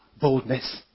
Boldness